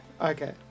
Okay